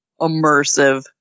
immersive